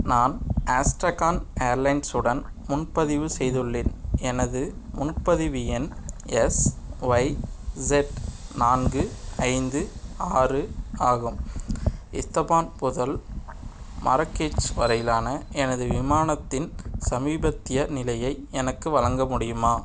நான் Astrakhan airlines உடன் முன்பதிவு செய்துள்ளேன் எனது முன்பதிவு எண் எஸ்ஒய்இசெட் நான்கு ஐந்து ஆறு ஆகும் இஸ்தபான் புதல் மரகேச் வரையிலான எனது விமானத்தின் சமீபத்திய நிலையை எனக்கு வழங்க முடியுமா